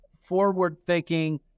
forward-thinking